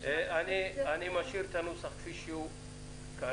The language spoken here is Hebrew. אני משאיר את הנוסח כפי שהוא כעת.